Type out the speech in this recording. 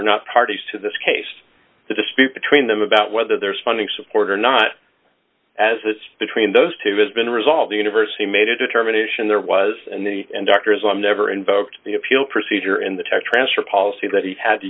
are not parties to this case the dispute between them about whether there is funding support or not as is between those two has been resolved university made a determination there was in the end dr islam never invoked the appeal procedure in the tech transfer policy that he had to